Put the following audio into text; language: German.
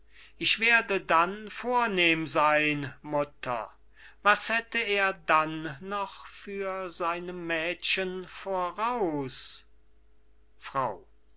ich werde dann vornehm sein mutter was hätte er dann noch vor seinem mädchen voraus frau